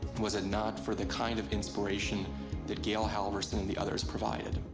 was it not for the kind of inspiration that gail halvorsen and the others provided.